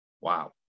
wow